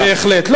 בהחלט.